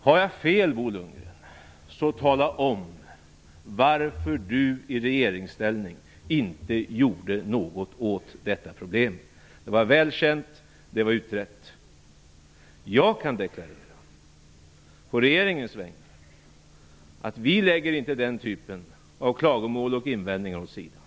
Har jag fel, så vill jag att Bo Lundgren talar om varför han i regeringsställning inte gjorde något åt detta problem. Det var väl känt, det var utrett. Jag kan på regeringens vägnar deklarera att vi inte lägger den typen av klagomål och invändningar åt sidan.